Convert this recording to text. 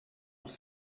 els